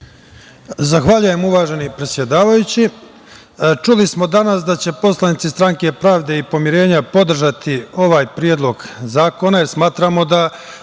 Zahvaljujem uvaženi predsedavajući. Čuli smo danas da će poslanici stranke Pravde i pomirenja podržati ovaj predlog zakona, jer smatramo da